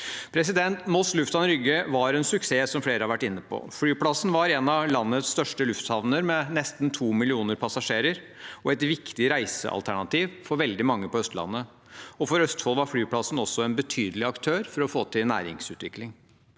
Rygge Moss lufthavn, Rygge var en suksess, som flere har vært inne på. Flyplassen var en av landets største lufthavner, med nesten 2 millioner passasjerer og et viktig reisealternativ for veldig mange på Østlandet. For Østfold var flyplassen også en betydelig aktør for å få til næringsutvikling.